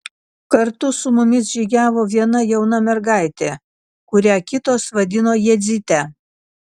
kartu su mumis žygiavo viena jauna mergaitė kurią kitos vadino jadzyte